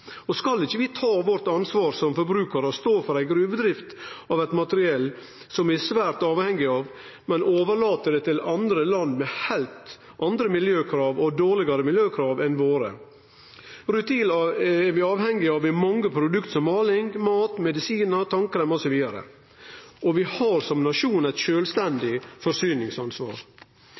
av. Skal ikkje vi ta vårt ansvar som forbrukarar og stå for ei gruvedrift av materiale som vi er svært avhengige av, men overlate det til andre land med heilt andre og dårlegare miljøkrav enn våre? Rutil er vi avhengige av i mange produkt, som måling, mat, medisinar, tannkrem osv., og vi har som nasjon eit sjølvstendig forsyningsansvar.